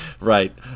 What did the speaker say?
Right